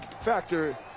factor